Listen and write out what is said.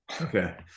Okay